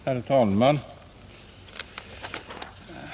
Herr talman!